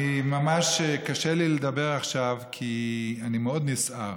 ממש קשה לי לדבר עכשיו, כי אני מאוד נסער.